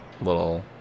little